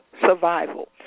survival